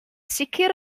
sicr